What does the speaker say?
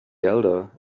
elder